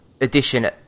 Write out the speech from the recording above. edition